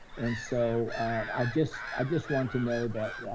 and so i just i just want to know that,